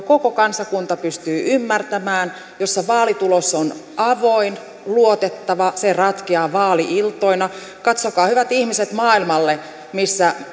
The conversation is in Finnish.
koko kansakunta pystyy ymmärtämään jossa vaalitulos on avoin luotettava ja ratkeaa vaali iltoina katsokaa hyvät ihmiset maailmalle missä